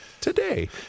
today